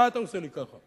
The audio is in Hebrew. מה אתה עושה לי ככה?